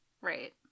Right